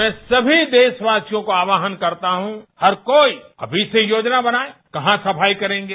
मैं सभी देशवासियों का आहवान करता द्वं हर कोई अभी से योजना बनाए कहां सफाई करेंगे